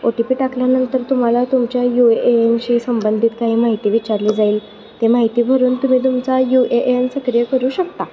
ओ T P टाकल्यानंतर तुम्हाला तुमच्या यू ए एनशी संबंधित काही माहिती विचारली जाईल ती माहिती भरून तुम्ही तुमचा यू ए ए एन सक्रिय करू शकता